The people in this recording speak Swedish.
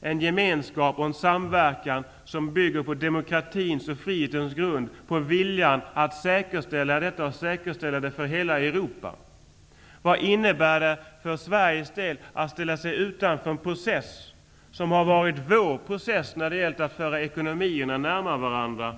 en gemenskap och samverkan som bygger på demokratins och frihetens grund och på en vilja att säkerställa detta för hela Europa. Vad innebär det för Sveriges del att ställa sig utanför en process, som har varit vår process, när det gäller att föra ekonomierna närmare varandra?